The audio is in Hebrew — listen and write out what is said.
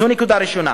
זו נקודה ראשונה.